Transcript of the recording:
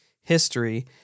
history